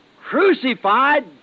crucified